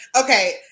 okay